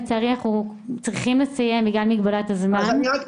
לצערי אנחנו צריכים לסיים, בגלל מגבלת הזמן.